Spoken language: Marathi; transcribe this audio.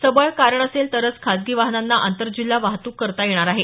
सबळ कारण असेक तरच खासगी वाहनांना आंतरजिल्हा वाहतूक करता येणार आहे